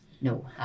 No